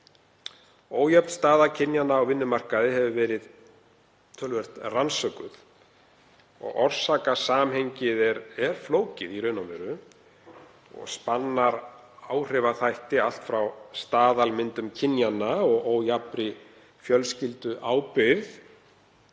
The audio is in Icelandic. Ójöfn staða kynjanna á vinnumarkaði hefur verið töluvert rannsökuð og orsakasamhengið er flókið í raun og veru og spannar áhrifaþætti allt frá staðalmyndum kynjanna og ójafnri fjölskylduábyrgð